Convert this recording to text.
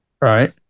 Right